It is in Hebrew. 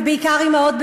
ובעיקר אימהות,